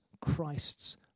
Christ's